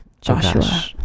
Joshua